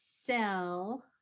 sell